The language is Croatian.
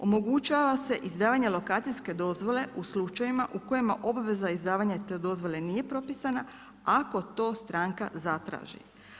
Omogućava se izdavanje lokacijske dozvole u slučajevima u kojima obveza izdavanja te dozvole nije propisana, ako to stranka zatraži.